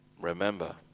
remember